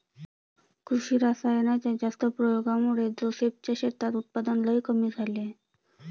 कृषी रासायनाच्या जास्त प्रयोगामुळे जोसेफ च्या शेतात उत्पादन लई कमी झाले आहे